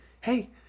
hey